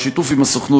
בשיתוף עם הסוכנות,